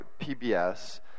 PBS